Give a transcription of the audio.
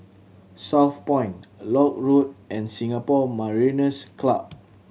Southpoint Lock Road and Singapore Mariners' Club